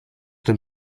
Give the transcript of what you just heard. dem